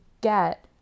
get